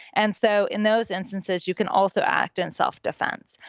and so in those instances, you can also act in self-defense.